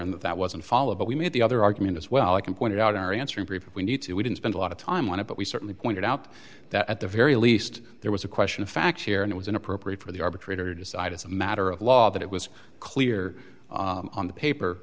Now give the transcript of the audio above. and that that wasn't followed but we made the other argument as well i can point out our answer brief we need to we didn't spend a lot of time on it but we certainly pointed out that at the very least there was a question of fact here and it was inappropriate for the arbitrator decide as a matter of law that it was clear on the paper